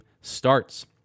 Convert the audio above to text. starts